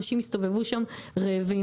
אנשים הסתובבו שם רעבים,